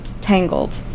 Tangled